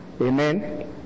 Amen